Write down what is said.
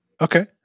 Okay